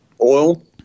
oil